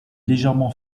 légèrement